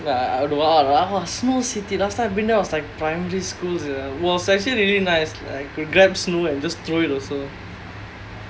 ya !wah! snow city last time I've been there was like primary school was actually really nice I could grab snow and just throw it also